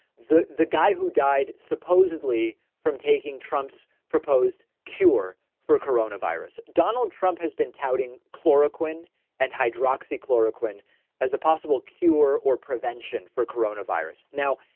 the the guy who died supposedly from taking trump's proposed cure for corona virus. donald trump has been touting chloroquine and hydroxy chloroquine as a possible cure or prevention for corona virus. now,